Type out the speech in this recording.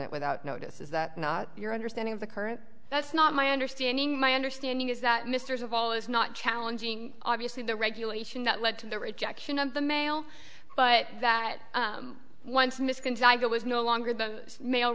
it without notice is that your understanding of the current that's not my understanding my understanding is that misters of all is not challenging obviously the regulation that led to the rejection of the mail but that once misc was no longer the mail